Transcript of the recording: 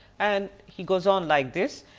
and he goes on like this,